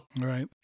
right